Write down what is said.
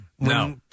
No